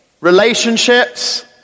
relationships